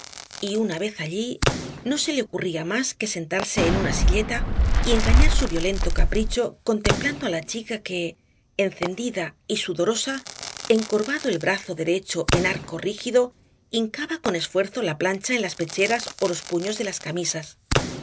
y una vez allí no se le ocurría más que sentarse en una silleta y engañar su violento capricho contemplando á la chica que encendida y sudorosa encorvado el brazo derecho en arco rígido hincaba con esfuerzo la plancha en las pecheras ó los puños de las camisas